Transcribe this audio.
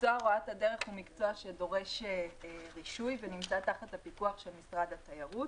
מקצוע שדורש רישוי ונמצא תחת הפיקוח של משרד התיירות.